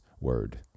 word